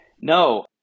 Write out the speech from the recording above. No